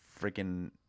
freaking